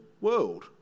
world